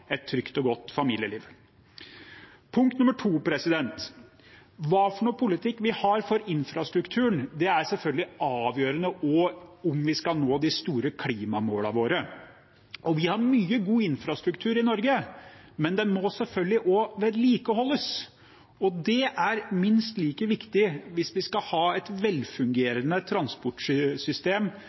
et trygt og godt familieliv. Punkt nummer to: Hvilken politikk vi har for infrastrukturen, er selvfølgelig også avgjørende for om vi skal nå de store klimamålene våre. Vi har mye god infrastruktur i Norge, men den må selvfølgelig også vedlikeholdes – og det er minst like viktig, hvis vi skal ha et velfungerende transportsystem